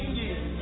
years